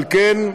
על כן,